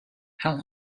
how